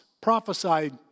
prophesied